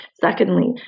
Secondly